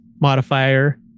modifier